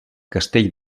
castell